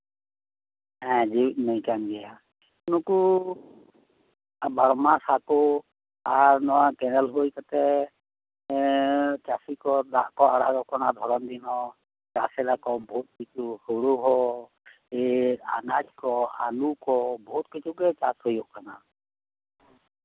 ᱦᱮᱸ ᱡᱮᱣᱭᱮᱫ ᱱᱟᱹᱭ ᱠᱟᱱ ᱜᱮᱭᱟ ᱱᱩᱠᱩ ᱵᱟᱨᱚᱢᱟᱥ ᱦᱟᱹᱠᱩ ᱟᱨ ᱱᱚᱣᱟ ᱠᱮᱱᱮᱞ ᱦᱩᱭ ᱠᱟᱛᱮᱜ ᱪᱟᱹᱥᱤ ᱠᱚ ᱫᱟᱜ ᱠᱚ ᱟᱲᱟᱜ ᱟᱠᱚ ᱠᱟᱱᱟ ᱫᱷᱚᱨᱚᱱ ᱫᱤᱱᱨᱮ ᱪᱟᱥ ᱮᱫᱟ ᱠᱚ ᱵᱚᱦᱩᱫ ᱠᱤᱪᱷᱩ ᱦᱩᱲᱩᱦᱚᱸ ᱮᱸᱜ ᱟᱱᱟᱡ ᱠᱚ ᱟᱹᱞᱩ ᱠᱚ ᱵᱩᱦᱩᱫ ᱠᱤᱪᱷᱩ ᱜᱮ ᱪᱟᱥ ᱦᱩᱭᱩᱜ ᱠᱟᱱᱟ